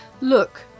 Look